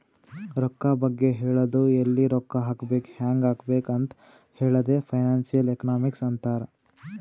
ರೊಕ್ಕಾ ಬಗ್ಗೆ ಹೇಳದು ಎಲ್ಲಿ ರೊಕ್ಕಾ ಹಾಕಬೇಕ ಹ್ಯಾಂಗ್ ಹಾಕಬೇಕ್ ಅಂತ್ ಹೇಳದೆ ಫೈನಾನ್ಸಿಯಲ್ ಎಕನಾಮಿಕ್ಸ್ ಅಂತಾರ್